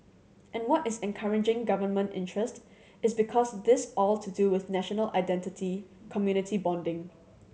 and what is encouraging government interest is because this all to do with national identity community bonding